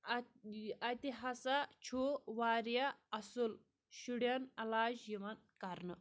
ات اَتہِ ہسا چھُ واریاہ اَصٕل شُریٚن علاج یِوان کَرنہٕ